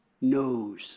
knows